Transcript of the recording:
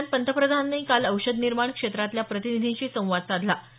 दरम्यान पंतप्रधानांनी काल निर्माण क्षेत्रातल्या प्रतिनिधींशी संवाद साधला